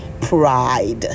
pride